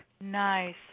nice